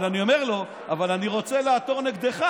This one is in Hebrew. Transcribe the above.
אבל אני אומר לו: אבל אני רוצה לעתור נגדך,